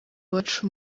iwacu